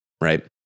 right